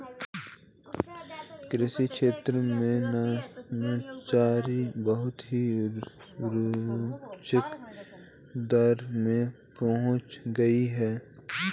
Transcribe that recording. कृषि क्षेत्र में नवाचार बहुत ही रोचक दौर में पहुंच गया है